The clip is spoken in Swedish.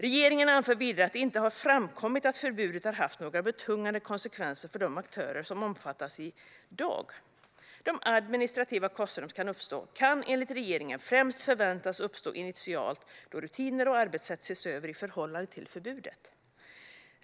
Regeringen anför vidare att det inte har framkommit att förbudet har haft några betungande konsekvenser för de aktörer som omfattas i dag. De administrativa kostnader som kan uppstå kan enligt regeringen främst förväntas uppstå initialt då rutiner och arbetssätt ses över i förhållande till förbudet.